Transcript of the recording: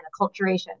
acculturation